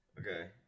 Okay